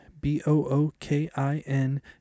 B-O-O-K-I-N